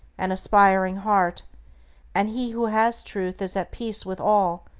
and aspiring heart and he who has truth is at peace with all,